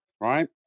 right